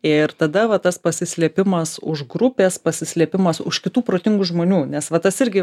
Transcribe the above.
ir tada va tas pasislėpimas už grupės pasislėpimas už kitų protingų žmonių nes va tas irgi